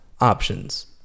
options